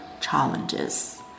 challenges